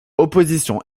opposition